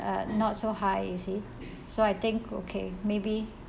uh not so high you see so I think okay maybe